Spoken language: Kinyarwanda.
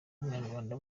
umunyarwanda